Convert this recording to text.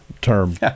term